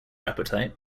appetite